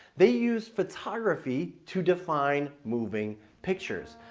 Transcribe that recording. they used photography to define moving pictures.